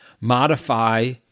modify